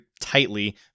tightly